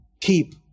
keep